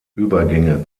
übergänge